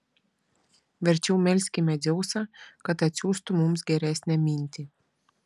verčiau melskime dzeusą kad atsiųstų mums geresnę mintį